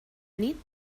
nit